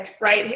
right